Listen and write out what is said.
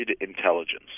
intelligence